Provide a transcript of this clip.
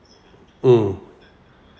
mm